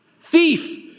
thief